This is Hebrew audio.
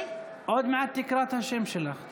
עוד מעט היא תקרא את השם שלך.